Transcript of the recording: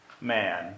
man